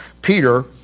Peter